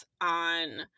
on